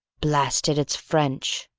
blast it! it's french,